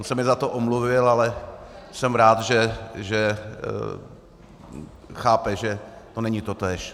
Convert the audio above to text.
On se mi za to omluvil, ale jsem rád, že chápe, že to není totéž.